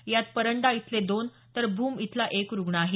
यात परंडा इथले दोन तर भूम इथला एक रुग्ण आहे